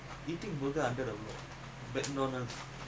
so talking to the friends then kena uh